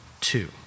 two